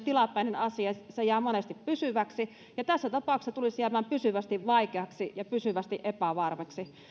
tilapäinen asia niin se jää monesti pysyväksi ja tässä tapauksessa se tulisi jäämään pysyvästi vaikeaksi ja pysyvästi epävarmaksi